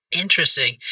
Interesting